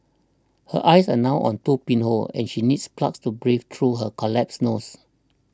her eyes are now a two pinholes and she needs plugs to breathe through her collapsed nose